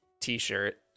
t-shirt